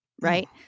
right